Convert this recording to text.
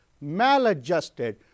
maladjusted